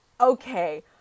Okay